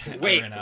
Wait